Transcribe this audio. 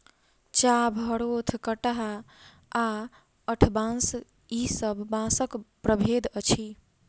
चाभ, हरोथ, कंटहा आ लठबाँस ई सब बाँसक प्रभेद अछि